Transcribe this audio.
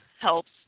helps